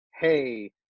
Hey